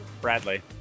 Bradley